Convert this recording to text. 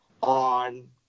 on